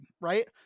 right